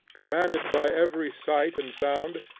commanded by every sight and sound,